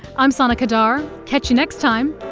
i'm sana qadar, catch you next time,